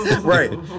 Right